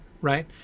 right